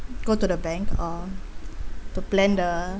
go to the bank or to plan the